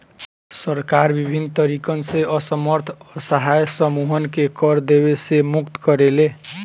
सरकार बिभिन्न तरीकन से असमर्थ असहाय समूहन के कर देवे से मुक्त करेले